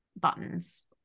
buttons